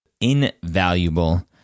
Invaluable